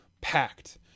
packed